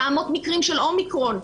900 מקרים של אומיקרון.